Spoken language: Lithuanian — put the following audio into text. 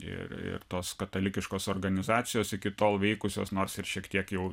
ir ir tos katalikiškos organizacijos iki tol veikusios nors ir šiek tiek jau